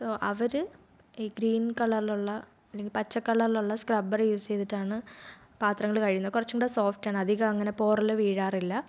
അവർ ഈ ഗ്രീൻ കളറിലുള്ള അല്ലെങ്കിൽ പച്ച കളറിലുള്ള സ്ക്രബ്ബർ യൂസ് ചെയ്തിട്ടാണ് പാത്രങ്ങൾ കഴുകുന്നത് കുറച്ചും കൂടി സോഫ്റ്റ് ആണ് അധികം അങ്ങനെ പോറൽ വീഴാറില്ല